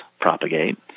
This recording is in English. propagate